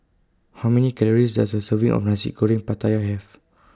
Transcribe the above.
How Many Calories Does A Serving of Nasi Goreng Pattaya Have